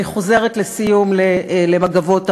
אני חוזרת, לסיום, ל"מגבות ערד",